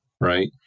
right